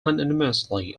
unanimously